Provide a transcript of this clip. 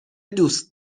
دوست